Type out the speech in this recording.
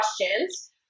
questions